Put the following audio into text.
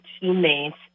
teammates